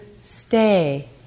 stay